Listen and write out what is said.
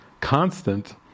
constant